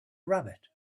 rabbit